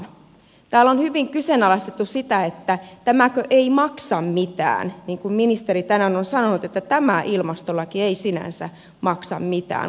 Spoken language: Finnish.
täällä on hyvin kyseenalaistettu sitä että tämäkö ei maksa mitään kun ministeri tänään on sanonut että tämä ilmastolaki ei sinänsä maksa mitään